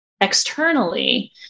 externally